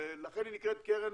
לכן היא נקראת קרן